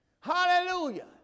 Hallelujah